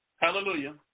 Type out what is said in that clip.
Hallelujah